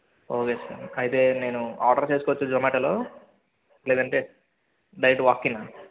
okay sir అయితే నేను order చేసుకోవచ్చా జొమాటొలో లేదంటే డైరెక్ట్ వాక్ఇన్నా